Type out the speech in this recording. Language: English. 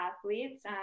athletes